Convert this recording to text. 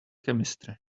chemistry